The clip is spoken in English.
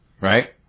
Right